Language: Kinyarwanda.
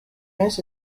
miss